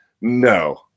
no